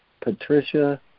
Patricia